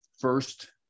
first